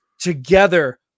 together